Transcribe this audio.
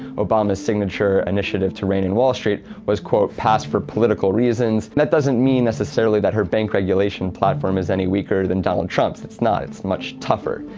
obama's signature initiative to reign in wall street, was, quote, passed for political reasons. that doesn't mean necessarily that her bank regulation platform is any weaker than donald trump's. it's not, it's much tougher.